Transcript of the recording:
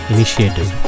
Initiative